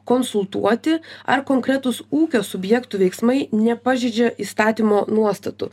konsultuoti ar konkretūs ūkio subjektų veiksmai nepažeidžia įstatymo nuostatų